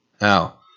Now